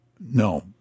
No